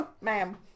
Ma'am